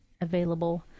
available